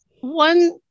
one